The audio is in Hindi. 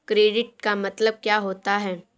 क्रेडिट का मतलब क्या होता है?